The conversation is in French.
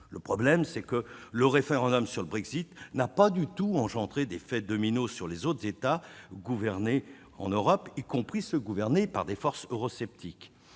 Le problème, c'est que le référendum sur le Brexit n'a pas du tout entraîné un effet domino sur les autres États européens, y compris ceux gouvernés par des forces eurosceptiques.